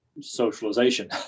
socialization